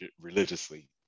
religiously